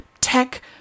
tech